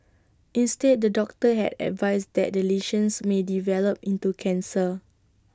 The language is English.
instead the doctor had advised that the lesions may develop into cancer